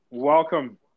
Welcome